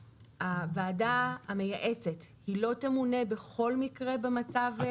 הוועדה המייעצת - היא לא תמונה בכל מקרה במצב החדש?